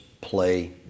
play